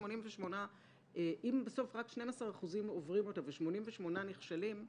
אם בסוף רק 12% עוברים אותה ו-88% נכשלים,